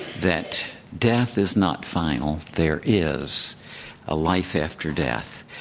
that death is not final, there is a life after death.